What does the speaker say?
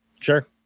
Sure